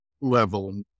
level